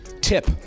Tip